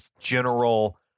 general